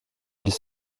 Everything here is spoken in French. ils